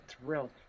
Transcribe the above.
thrilled